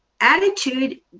attitude